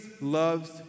loves